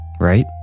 right